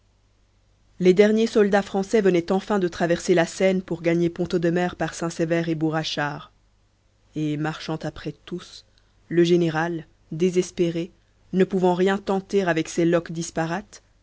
les derniers soldats français venaient enfin de traverser la seine pour gagner pont audemer par saint-sever et bourg achard et marchant après tous le général désespéré ne pouvant rien tenter avec ces loques disparates